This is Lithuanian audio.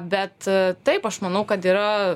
bet taip aš manau kad yra